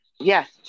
Yes